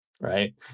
right